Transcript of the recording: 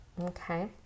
Okay